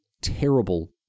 terrible